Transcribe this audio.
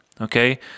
okay